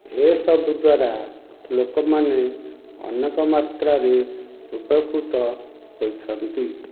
ଏସବୁ ଦ୍ଵାରା ଲୋକମାନେ ଅନେକ ମାତ୍ରାରେ ଉପକୃତ ହୋଇଥାନ୍ତି